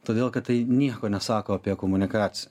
todėl kad tai nieko nesako apie komunikaciją